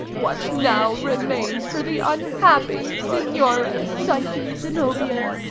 what now remains for the unhappy signora psyche zenobia.